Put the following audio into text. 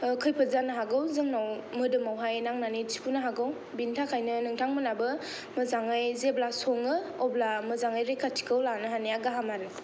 खैफोद जानो हागौ जोंनाव मोदोमावहाय नांनानै थिफुनो हागौ बिनि थाखायनो नोंथांमोनहाबो मोजाङै जेब्ला सङो अब्ला मोजाङै रैखाथिखौ लानो हानाया गाहाम आरो